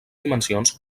dimensions